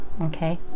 okay